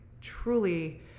truly